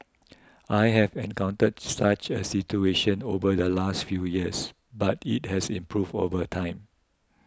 I have encountered such a situation over the last few years but it has improved over time